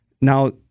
now